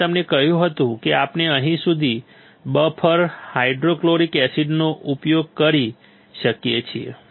મેં તમને કહ્યું હતું કે આપણે અહીં સુધી બફર હાઇડ્રોફ્લોરિક એસિડનો ઉપયોગ કરી શકીએ છીએ